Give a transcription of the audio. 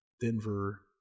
Denver